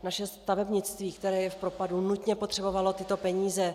Naše stavebnictví, které je v propadu, nutně potřebovalo tyto peníze.